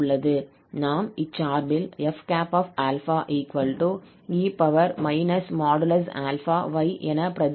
நாம் இச்சார்பில் fe y என பிரதியிடலாம்